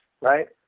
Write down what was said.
right